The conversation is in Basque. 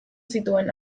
zituen